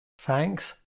Thanks